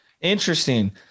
Interesting